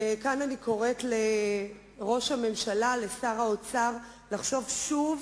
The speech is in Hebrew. וכאן אני קוראת לראש הממשלה, לשר האוצר, לחשוב שוב